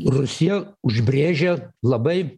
rusija užbrėžia labai